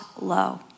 low